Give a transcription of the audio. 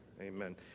Amen